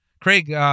Craig